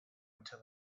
until